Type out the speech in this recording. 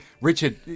Richard